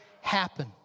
happen